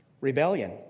Rebellion